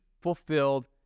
fulfilled